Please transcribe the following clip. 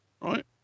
right